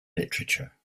literature